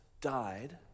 died